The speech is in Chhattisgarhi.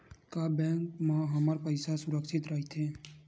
का बैंक म हमर पईसा ह सुरक्षित राइथे?